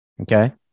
Okay